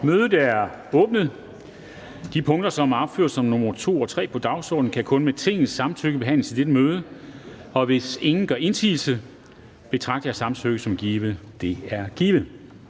Kristensen): De punkter, som er opført som nr. 2 og 3 på dagsordenen, kan kun med Tingets samtykke behandles i dette møde. Hvis ingen gør indsigelse, betragter jeg samtykke som givet. Det er givet.